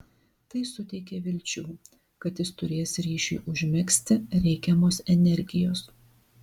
tai suteikė vilčių kad jis turės ryšiui užmegzti reikiamos energijos